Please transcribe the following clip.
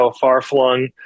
far-flung